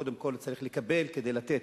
קודם כול הוא צריך לקבל כדי לתת,